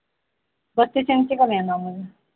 بتیس انچی کا لینا مجھے